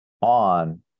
on